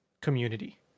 community